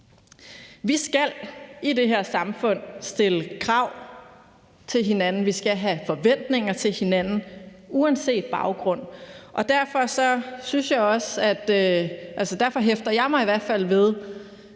Vi skal i det her samfund stille krav til hinanden. Vi skal have forventninger til hinanden uanset baggrund. Derfor hæfter jeg mig i hvert fald ved